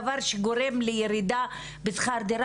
דבר שגורם לירידה בשכר דירה?